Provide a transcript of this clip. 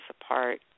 apart